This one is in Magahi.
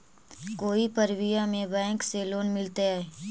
कोई परबिया में बैंक से लोन मिलतय?